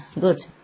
good